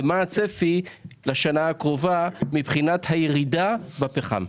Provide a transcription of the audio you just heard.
ומה הצפי לשנה הקרובה מבחינת הירידה בפחם.